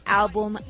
album